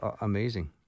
amazing